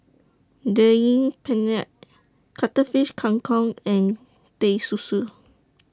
Daging Penyet Cuttlefish Kang Kong and Teh Susu